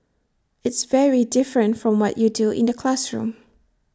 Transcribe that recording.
it's very different from what you do in the classroom